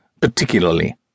Particularly